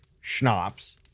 schnapps